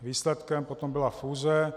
Výsledkem potom byla fúze.